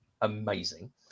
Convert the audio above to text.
amazing